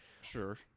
Sure